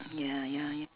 ya ya ya